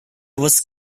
was